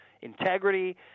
integrity